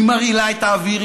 היא מרעילה את האוויר,